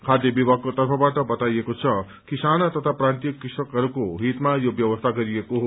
खाय विमागको तर्फबाट बताइएको छ कि साना तया प्रान्तीय कृषकहरूको हितमा यो व्यवस्या गरिएको हो